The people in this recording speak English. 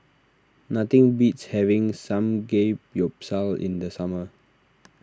nothing beats having Samgeyopsal in the summer